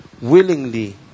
willingly